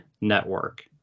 network